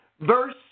verse